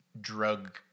drug